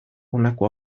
honako